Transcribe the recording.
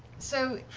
so,